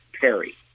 Perry